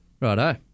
Righto